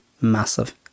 massive